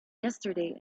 yesterday